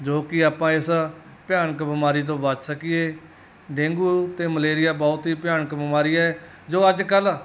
ਜੋ ਕਿ ਆਪਾਂ ਇਸ ਭਿਆਨਕ ਬਿਮਾਰੀ ਤੋਂ ਬਚ ਸਕੀਏ ਡੇਂਗੂ ਅਤੇ ਮਲੇਰੀਆ ਬਹੁਤ ਹੀ ਭਿਆਨਕ ਬਿਮਾਰੀ ਹੈ ਜੋ ਅੱਜ ਕੱਲ੍ਹ